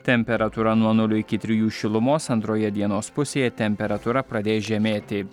temperatūra nuo nulio iki trijų šilumos antroje dienos pusėje temperatūra pradės žemėti